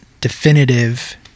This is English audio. definitive